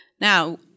Now